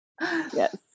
Yes